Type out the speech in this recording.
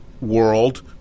world